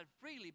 freely